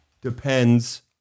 depends